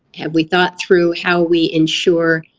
have we thought through how we ensure,